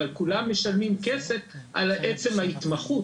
אבל כולם משלמים כסף על עצם ההתמחות,